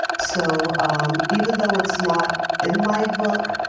so even though it's not in my book,